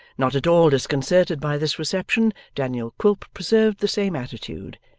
not at all disconcerted by this reception, daniel quilp preserved the same attitude,